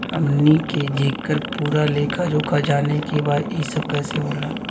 हमनी के जेकर पूरा लेखा जोखा जाने के बा की ई सब कैसे होला?